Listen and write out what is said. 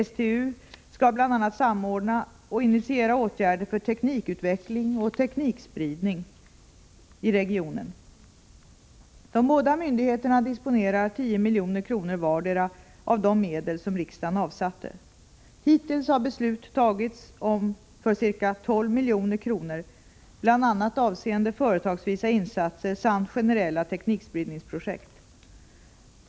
STU skall bl.a. samordna och initiera åtgärder för teknikutveckling och teknikspridning i regionen. De båda myndigheterna disponerar 10 milj.kr. vardera av de medel som riksdagen avsatte. Hittills har beslut tagits för ca 12 milj.kr. bl.a. avseende företagsvisa insatser samt generella teknikspridningsprojekt.